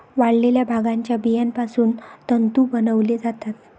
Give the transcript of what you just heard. वाळलेल्या भांगाच्या बियापासून तंतू बनवले जातात